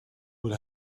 will